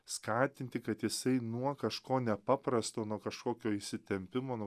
skatinti kad jisai nuo kažko nepaprasto nuo kažkokio įsitempimo nuo